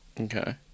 Okay